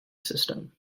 system